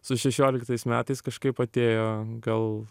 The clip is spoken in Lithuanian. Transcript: su šešioliktais metais kažkaip atėjo gal